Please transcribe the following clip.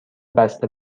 بسته